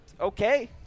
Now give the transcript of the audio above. okay